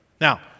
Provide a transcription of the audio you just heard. Now